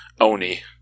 Oni